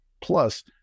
Plus